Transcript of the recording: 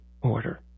order